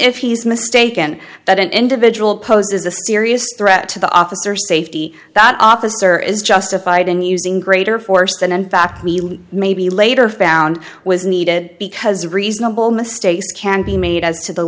if he is mistaken that an individual poses a serious threat to the officer safety that officer is justified in using greater force than in fact we may be later found was needed because reasonable mistakes can be made as to the